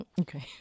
Okay